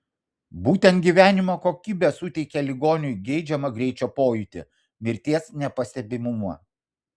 būtent gyvenimo kokybė suteikia ligoniui geidžiamą greičio pojūtį mirties nepastebimumą